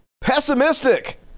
pessimistic